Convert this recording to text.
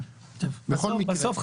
בסוף,